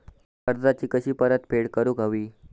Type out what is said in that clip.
कर्जाची कशी परतफेड करूक हवी?